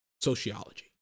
sociology